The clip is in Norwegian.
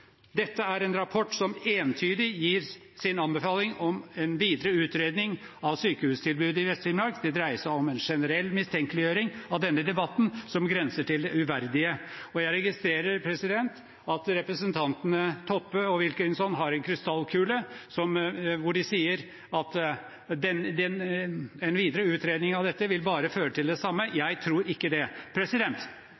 Dette er en rapport som entydig gir sin anbefaling om en videre utredning av sykehustilbudet i Vest-Finnmark. Det dreier seg om en generell mistenkeliggjøring av denne debatten som grenser til det uverdige. Jeg registrerer at representantene Toppe og Wilkinson har en krystallkule som viser at en videre utredning av dette bare vil føre til det samme.